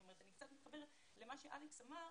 אני קצת מתחברת למה שאלכס אמר,